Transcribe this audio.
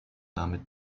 damit